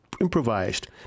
improvised